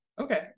Okay